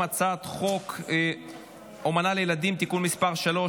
הצעת חוק אומנה לילדים (תיקון מס' 3),